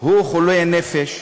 הוא חולה נפש,